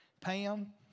Pam